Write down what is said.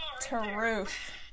truth